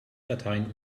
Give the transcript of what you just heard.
dateien